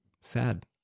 Sad